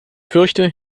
fürchte